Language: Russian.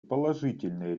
положительные